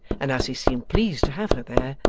and as he seemed pleased to have her there,